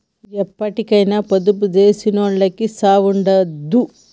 ఎప్పటికైనా పొదుపు జేసుకునోళ్లకు సావుండదు